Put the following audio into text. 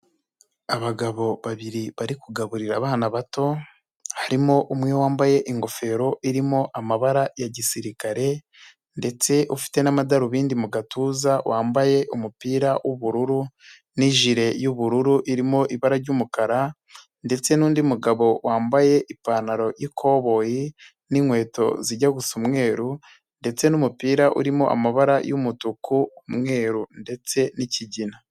Abagabo babiri bari kugaburira abana bato, harimo umwe wambaye ingofero irimo amabara ya gisirikare ndetse ufite n'amadarubindi mu gatuza wambaye umupira w'ubururu n'ijire y'ubururu irimo ibara ry'umukara ndetse n'undi mugabo wambaye ipantaro y'ikoboyi n'inkweto zijya gusa umweru ndetse n'umupira urimo amabara y'umutuku, umweru ndetse n'ikigina.